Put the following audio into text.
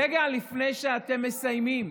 רגע לפני שאתם מסיימים,